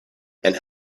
and